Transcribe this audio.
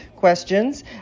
Questions